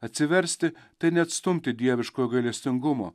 atsiversti tai neatstumti dieviškojo gailestingumo